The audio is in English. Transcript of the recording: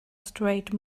strayed